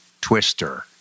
Twister